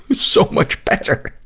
so much better!